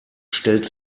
stellt